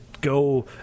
go